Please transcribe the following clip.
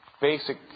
basic